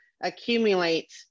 accumulate